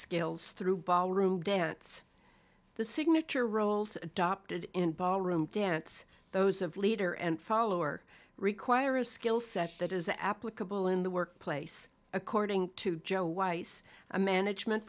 skills through ballroom dance the signature roles adopted in ballroom dance those of leader and follower require a skill set that is applicable in the workplace according to joe weiss a management